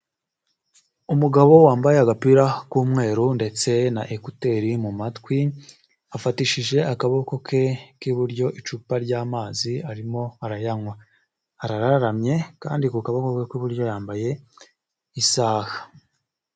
Umugabo wambaye agapira k'umweru ndetse na ekuteri mu matwi afatishije akaboko ke k'iburyo icupa ry'amazi arimo arayanywa, araramye kandi ku kaboko ke k'iburyo yambaye isaha.